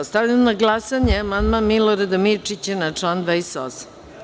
Stavljam na glasanje amandman Milorada Mirčića na član 28.